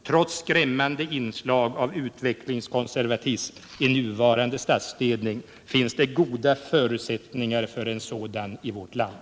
Trots skrämmande inslag av utvecklingskonservatism i nuvarande statsledning finns det goda förutsättningar för en sådan framtid i vårt land.